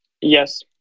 Yes